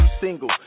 single